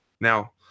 Now